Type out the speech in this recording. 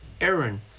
Aaron